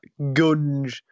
gunge